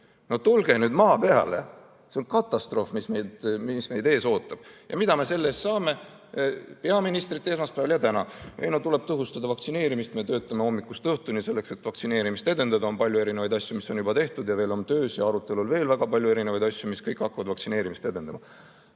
No tulge nüüd maa peale! See on katastroof, mis meid ees ootab. Mida me selle peale [teada] saime? Peaministrilt [saime teada] esmaspäeval ja täna: tuleb tõhustada vaktsineerimist, me töötame hommikust õhtuni selleks, et vaktsineerimist edendada, on palju erinevaid asju, mis on juba tehtud ja veel on töös, ja arutelul veel väga palju erinevaid asju, mis kõik hakkavad vaktsineerimist edendama.